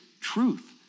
truth